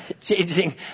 changing